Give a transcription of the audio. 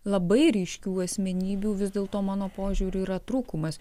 labai ryškių asmenybių vis dėlto mano požiūriu yra trūkumas